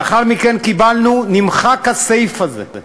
לאחר מכן קיבלנו: נמחק הסעיף הזה.